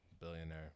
billionaire